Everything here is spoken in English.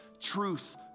truth